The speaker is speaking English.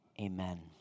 Amen